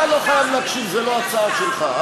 אתה לא חייב להקשיב, זו לא הצעה שלך.